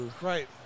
Right